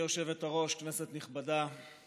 גברתי היושבת-ראש, כנסת נכבדה,